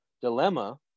dilemma